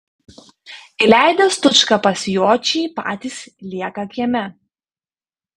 įleidę stučką pas jočį patys lieka kieme